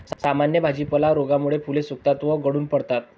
सामान्य भाजीपाला रोगामुळे फुले सुकतात व गळून पडतात